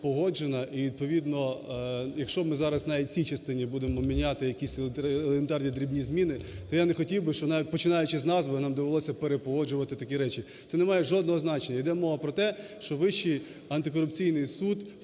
І відповідно, якщо ми зараз навіть в цій частині будемо міняти якісь елементарні дрібні зміни, то я не хотів би, що, навіть починаючи з назви, нам довелося перепогоджувати такі речі. Це немає жодного значення. Іде мова про те, що Вищий антикорупційний суд